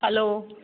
hello